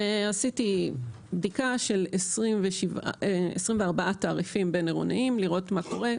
עשיתי בדיקה של 24 תעריפים בין-עירוניים לראות מה קורה,